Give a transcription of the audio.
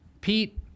Pete